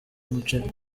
umuceri